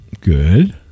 good